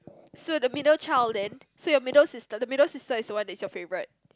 so the middle child then so your middle sister the middle sister is the one is your favourite